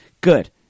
good